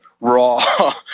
raw